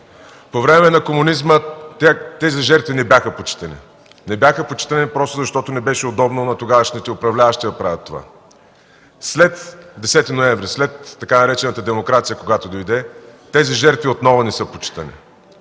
По време на комунизма тези жертви не бяха почитани, просто защото не беше удобно на тогавашните управляващи да правят това. След 10 ноември, след така наречената „демокрация”, която дойде, те отново не са почитани.